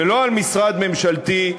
ולא על משרד ממשלתי,